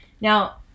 Now